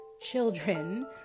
children